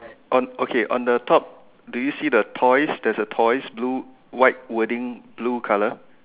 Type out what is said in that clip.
on okay on the top do you see the toys there's a toys blue white wording blue colour